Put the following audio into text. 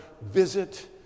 visit